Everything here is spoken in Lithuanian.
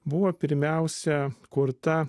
buvo pirmiausia kurta